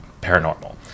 paranormal